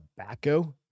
tobacco